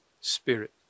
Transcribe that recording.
spirit